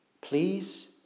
Please